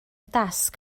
dasg